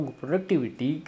productivity